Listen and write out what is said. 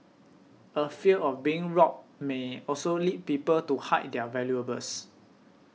a fear of being robbed may also lead people to hide their valuables